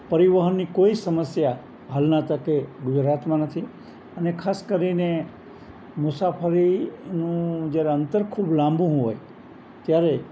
પરિવહનની કોઈ સમસ્યા હાલના તકે ગુજરાતમાં નથી અને ખાસ કરીને મુસાફરીનું જ્યારે અંતર ખૂબ લાંબુ હોય ત્યારે